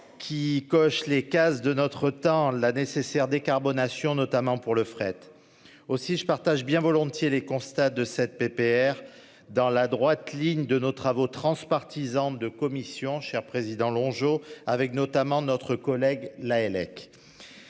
Qui coche les cases de notre temps, la nécessaire décarbonation notamment pour le fret aussi je partage bien volontiers les constats de cette PPR dans la droite ligne de nos travaux transpartisans de commission cher président Longeau avec notamment notre collègue Lahellec.